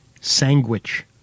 Sandwich